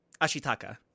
ashitaka